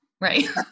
right